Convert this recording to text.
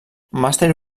màster